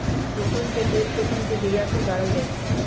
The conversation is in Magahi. कुशुम के तेल कुशुम के बिया से गारल जाइ छइ